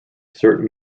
certain